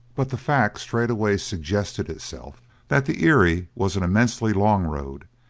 but the fact straightway suggested itself that the erie was an immensely long road,